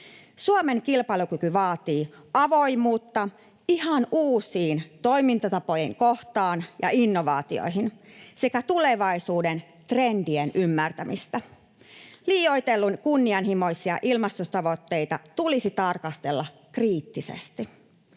Suomen kilpailukyky vaatii avoimuutta ihan uusia toimintatapoja ja innovaatioita kohtaan sekä tulevaisuuden trendien ymmärtämistä. Liioitellun kunnianhimoisia ilmastotavoitteita tulisi tarkastella kriittisesti.